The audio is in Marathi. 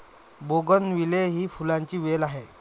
बोगनविले ही फुलांची वेल आहे